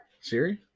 Siri